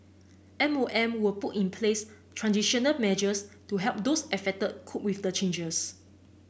M O M will put in place transitional measures to help those affected cope with the changes